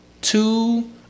two